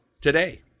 today